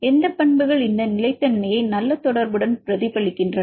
எந்த பண்புகள் இந்த நிலைத்தன்மையை நல்ல தொடர்புடன் பிரதிபலிக்கின்றன